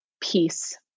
peace